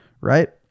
right